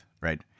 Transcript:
right